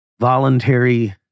voluntary